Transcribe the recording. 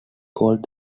called